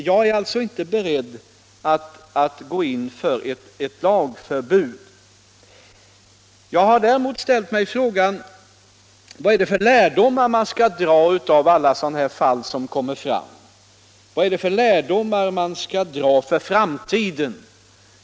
Jag är emellertid inte beredd att gå in för ett lagförbud. Jag har däremot ställt mig frågan: Vilka lärdomar för framtiden skall vi dra av de fall som nu har kommit fram?